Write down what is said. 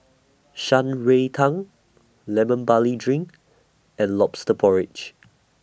Shan Rui Tang Lemon Barley Drink and Lobster Porridge